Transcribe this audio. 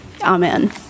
Amen